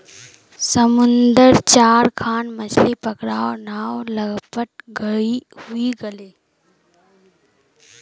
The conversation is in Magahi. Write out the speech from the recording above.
समुद्रत चार खन मछ्ली पकड़वार नाव लापता हई गेले